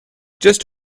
just